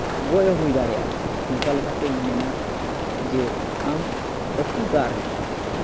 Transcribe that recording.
ᱜᱚᱡ ᱦᱩᱭ ᱫᱟᱲᱮᱭᱟᱜᱼᱟ ᱚᱱᱠᱟ ᱞᱮᱠᱟᱛᱮᱧ ᱢᱮᱱᱟ ᱡᱮ ᱟᱢ ᱟᱹᱛᱩᱜ ᱫᱟᱜ ᱨᱮ